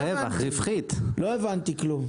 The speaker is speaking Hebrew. לא הבנתי, לא הבנתי כלום.